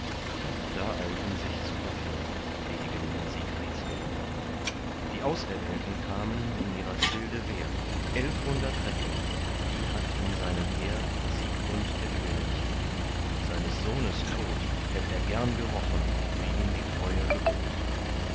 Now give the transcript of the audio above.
da eilten sich zu waffnen die degen in siegfrieds lehn die auserwählten kamen in ihrer schilde wehr elfhundert recken die hatt in seinem heer siegmund der könig seines sohnes tod hätt er gern gerochen wie ihm die treue gebot